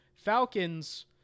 Falcons